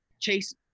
chase